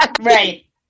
right